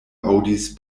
aŭdis